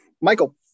Michael